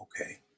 okay